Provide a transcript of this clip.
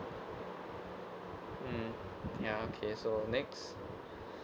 hmm ya okay so next